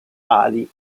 ali